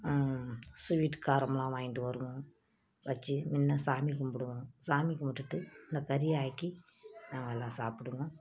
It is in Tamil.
ஸ்வீட் காரமெலாம் வாங்கிட்டு வருவோம் வச்சு முன்ன சாமி கும்பிடுவோம் சாமி கும்பிடுட்டு அந்த கறியை ஆக்கி நாங்கெல்லாம் சாப்பிடுவோம்